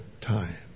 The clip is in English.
time